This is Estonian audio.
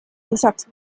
lisaks